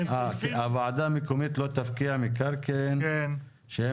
הוועדה המקומית לא תפקיע מקרקעין שהם